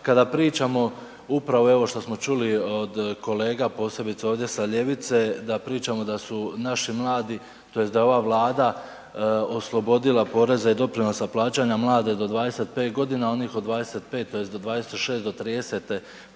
Kada pričamo, upravo i ovo što što čuli od kolega posebice ovdje sa ljevice, da pričamo da su naši mladi tj. da je ova Vlada oslobodila poreza i doprinosa plaćanja mlade do 25 g., a onih od 25 tj., od 26 do 30,